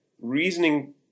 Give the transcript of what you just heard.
reasoning